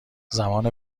زمان